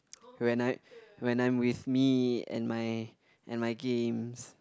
when I when I'm with me and my and my games